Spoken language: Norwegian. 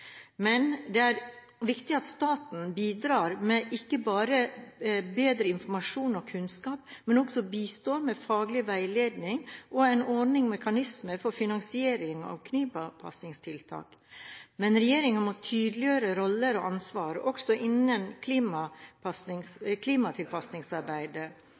Men det er viktig at staten ikke bare bidrar med bedre informasjon og kunnskap, men også bistår med faglig veiledning og en ordning/mekanisme for finansiering av klimatilpasningstiltak. Men regjeringen må tydeliggjøre roller og ansvar – også innen